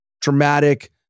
traumatic